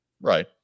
Right